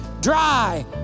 dry